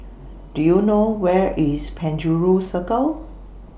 Do YOU know Where IS Penjuru Circle